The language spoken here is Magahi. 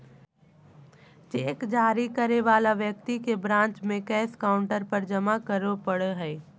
चेक जारी करे वाला व्यक्ति के ब्रांच में कैश काउंटर पर जमा करे पड़ो हइ